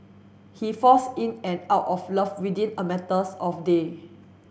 he falls in and out of love within a matters of day